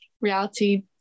reality